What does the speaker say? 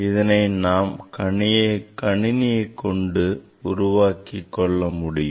இதனை நாம் கணினியைக் கொண்டு உருவாக்கிக் கொள்ள முடியும்